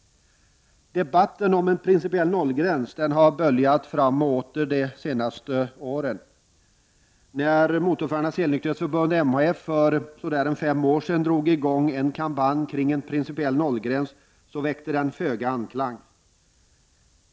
Debatten om en principiell nollgräns har böljat fram och åter de senaste åren. När Motorförarnas helnykterhetsförbund, MHF, 1984 drog i gång en kampanj kring en principiell nollgräns väckte den föga anklang.